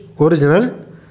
original